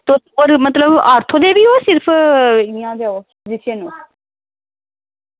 एह् आर्थो न जां इं'या फिजीशयन न